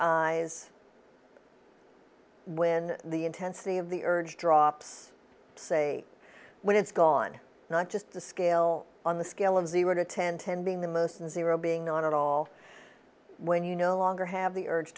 eyes when the intensity of the urge drops to say when it's gone not just the scale on the scale of zero to ten ten being the most and zero being on at all when you no longer have the urge